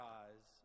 eyes